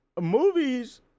movies